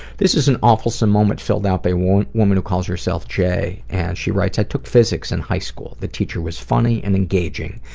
this is an awfulsome moment filled out by a woman who calls herself j and she writes, i took physics in high school. the teacher was funny and engaging.